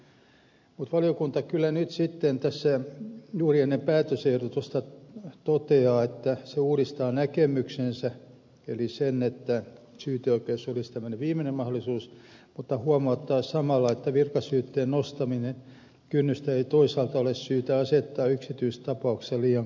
mutta valiokunta kyllä nyt sitten tässä juuri ennen päätösehdotusta toteaa että se uudistaa näkemyksensä eli sen että syyteoikeus olisi tämmöinen viimeinen mahdollisuus mutta huomauttaa samalla että virkasyytteen nostamisen kynnystä ei toisaalta ole syytä asettaa yksityistapauksissa liian korkealle